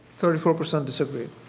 thirty four percent disagreed.